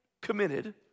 committed